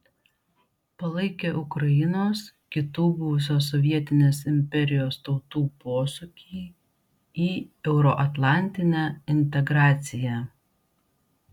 palaikė ukrainos kitų buvusios sovietinės imperijos tautų posūkį į euroatlantinę integraciją